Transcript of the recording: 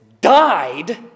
died